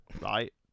right